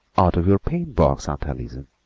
out of your paint-box, aunt allison,